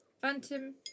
Phantom